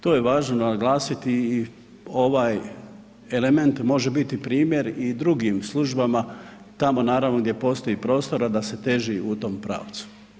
To je važno naglasiti i ovaj element može biti primjer i drugim službama tamo naravno gdje postoji prostora da se teži u tom pravcu.